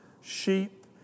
sheep